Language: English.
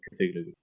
Cthulhu